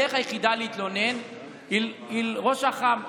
הדרך היחידה להתלונן היא לראש אח"ם,